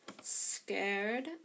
Scared